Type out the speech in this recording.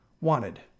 wanted